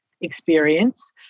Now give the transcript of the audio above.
experience